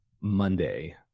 Monday